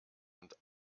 und